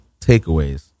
takeaways